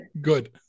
good